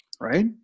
right